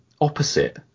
opposite